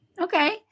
Okay